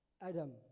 Adam